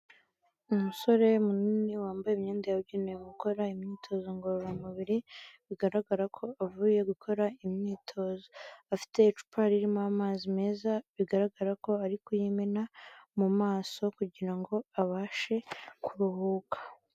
Umusore munini wambaye imyenda yabugenewe gukora imyitozo ngororamubiri, bigaragara ko avuye gukora imyitozo, afite icupa ririmo amazi meza, bigaragara ko ari kuyimena mu maso kugira ngo abashe kuruhuka.